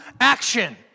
action